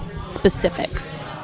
specifics